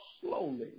slowly